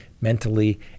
mentally